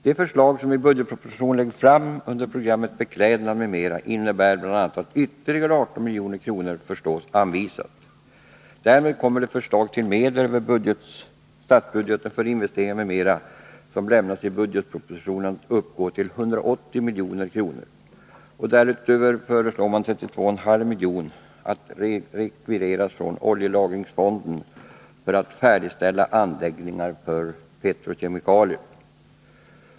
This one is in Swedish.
De förslag i ämnet som i budgetpropositionen läggs fram under programmet Beklädnad m.m. innebär bl.a. att ytterligare 18 milj.kr. föreslås anvisas. Därmed kommer de medel över statsbudgeten för investeringar m.m. som föreslås i budgetpropositionen att uppgå till 180 milj.kr. Härutöver föreslås att 32,5 milj.kr. rekvireras från oljelagringsfonden för färdigställande av anläggningar för petrokemikalier.